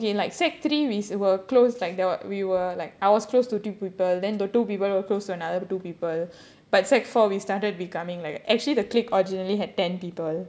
secondary three okay like secondary three we were close like that were we were like I was close to two people then the two people were close to another to two people but secondary four we started becoming like actually the clip originally had ten people